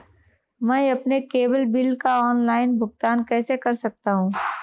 मैं अपने cable bill का ऑनलाइन भुगतान कैसे कर सकता हूं?